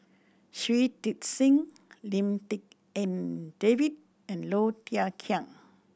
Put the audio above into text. Shui Tit Sing Lim Tik En David and Low Thia Khiang